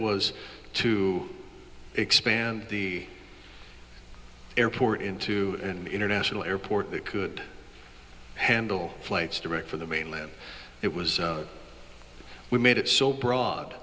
was to expand the airport into an international airport that could handle flights direct from the mainland it was we made it so broad